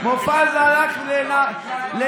מופז נסע לנהלל